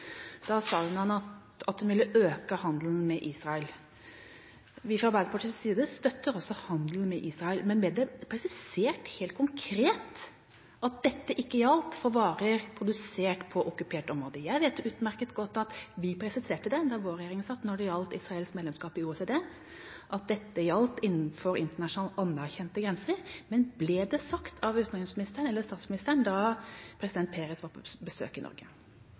Da sa hun at hun ville øke handelen med Israel. Vi støtter også fra Arbeiderpartiets side handelen med Israel, men ble det presisert helt konkret at dette ikke gjaldt for varer produsert på okkupert område? Jeg vet utmerket godt at vi presiserte det da vår regjering satt, når det gjaldt Israels medlemskap i OECD, at dette gjaldt innenfor internasjonalt anerkjente grenser, men ble det sagt av utenriksministeren eller av statsministeren da president Peres var på besøk i Norge?